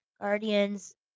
Guardians